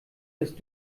ist